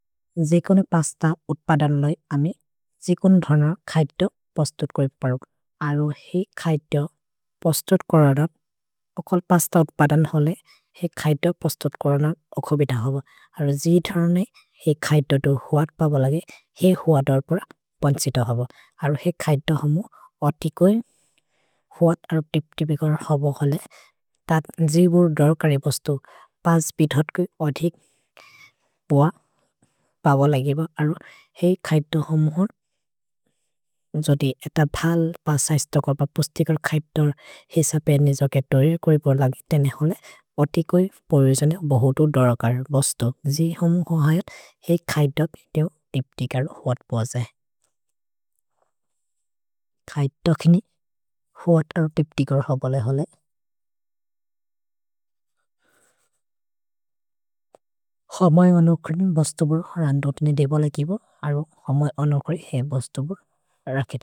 जे कोने पस्त उत्पदन् लै अमे जे कोने धर्न खैत पस्तत् कोइ परो अरो हे खैत पस्तत् कोरन ओखल् पस्त उत्पदन् हले हे। खैत पस्तत् कोरन ओखो बित हब अरो जे धर्ने हे खैत तो हुअत् पबलगे हे हुअत् अर्पोर पन्छित हब। अरो हे खैत हमु अतिकोइ हुअत् अरोप् तिप् तिपिकर हब हले तत् जे बुर् धर्क रेपस्तो पाँच बितत् कोइ अधिक् पोअ पबलगे ब। अरो हे खैत हमु हर् जोदि एत भल् पस्त इस्तकोर् प पस्तिकर् खैत अर् हेस पेर्निस के तोरि कोरिपोर् लगि तेने। हले अतिकोइ पोरो जने बहोतु धर्कर् रेपस्तो जे हमु होहयत् हे खैत ते हु तिपिकर हुअत् पोज खैत किनि हुअत्। अरोप् तिपिकर हुअ बले हले हमै अनोकरि बस्तोबुर् रन्दोतने दे बलगे ब अरो हमै अनोकरि हे बस्तोबुर् रकेत।